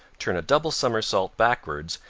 turn a double somersault backwards,